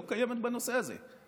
לא קיימת בנושא הזה.